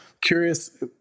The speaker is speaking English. curious